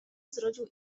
zrodził